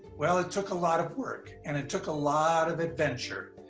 well, it took a lot of work. and it took a lot of adventure.